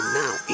now